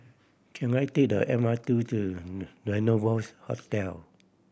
can I take the M R T to Rendezvous Hotel